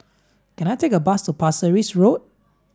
can I take a bus to Pasir Ris Road